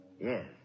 yes